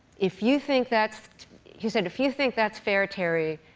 if you think that's he said, if you think that's fair, terry,